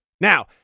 Now